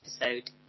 episode